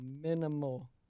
Minimal